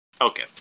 Okay